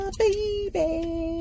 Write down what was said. baby